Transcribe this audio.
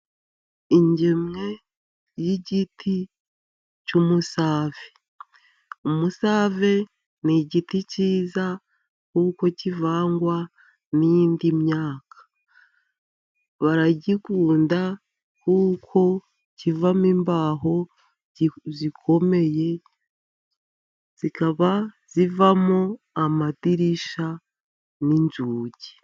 Ingemwe z'igiti cy'umusave. Umusave ni igiti cyiza kuko kivangwa n'indi myaka. Baragikunda kuko kivamo imbaho zikomeye, zikaba zivamo amadirisha n'inzugi.